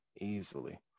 easily